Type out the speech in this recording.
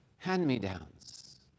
Hand-me-downs